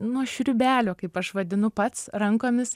nuo šriubelio kaip aš vadinu pats rankomis